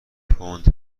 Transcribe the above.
پوند